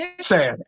sad